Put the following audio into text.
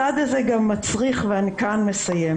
הצעד הזה גם מצריך ואני כאן מסיימת